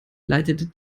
leitete